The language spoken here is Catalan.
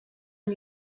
amb